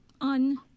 On